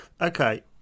okay